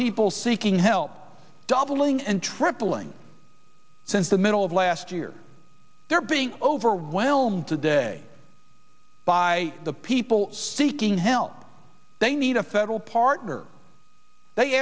people seeking help doubling and tripling since the middle of last year they're being overwhelmed today by the people seeking help they need a federal partner they